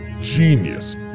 genius